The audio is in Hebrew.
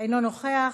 אינו נוכח.